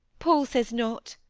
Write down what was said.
paul says not